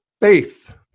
faith